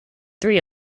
three